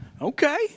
Okay